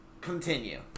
continue